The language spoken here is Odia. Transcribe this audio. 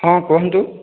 ହଁ କୁହନ୍ତୁ